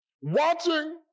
watching